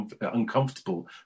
uncomfortable